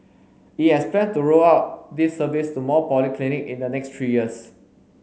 it has plan to roll out this service to more polyclinic in the next three years